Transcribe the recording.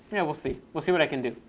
know, we'll see. we'll see what i can do.